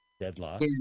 Deadlock